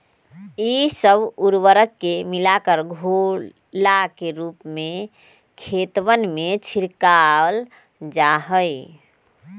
ई सब उर्वरक के मिलाकर घोला के रूप में खेतवन में छिड़कल जाहई